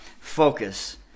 Focus